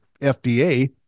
FDA